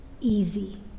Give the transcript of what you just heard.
easy